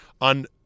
on